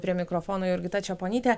prie mikrofono jurgita čeponytė